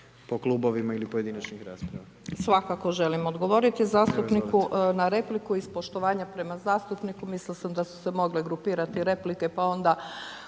po klubovima ili pojedinačnih rasprava. **Murganić, Nada (HDZ)** Svakako želim odgovoriti zastupniku na repliku iz poštovanja prema zastupniku, mislila sam da su se mogle grupirati replike, pa onda